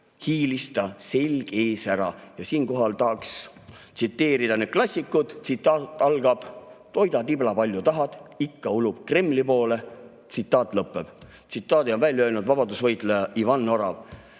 hiilis ta, selg ees, ära. Siinkohal tahaks tsiteerida klassikut. Tsitaat algab: "Toida tiblat palju tahad, ikka ulub Kremli poole." Tsitaat lõpeb. Tsitaadi on välja öelnud vabadusvõitleja Ivan Orav.